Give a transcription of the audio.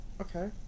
Okay